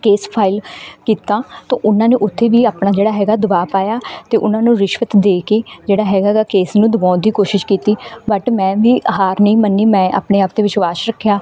case file ਕੀਤਾ ਤਾਂ ਉਹਨਾਂ ਨੇ ਉੱਥੇ ਵੀ ਆਪਣਾ ਜਿਹੜਾ ਹੈਗਾ ਦਬਾਅ ਪਾਇਆ ਅਤੇ ਉਹਨਾਂ ਨੂੰ ਰਿਸ਼ਵਤ ਦੇ ਕੇ ਜਿਹੜਾ ਹੈਗਾ ਐਗਾ ਕੇਸ ਨੂੰ ਦਬਾਉਣ ਦੀ ਕੋਸ਼ਿਸ਼ ਕੀਤੀ ਬਟ ਮੈਂ ਵੀ ਹਾਰ ਨਹੀਂ ਮੰਨੀ ਮੈਂ ਆਪਣੇ ਆਪ 'ਤੇ ਵਿਸ਼ਵਾਸ ਰੱਖਿਆ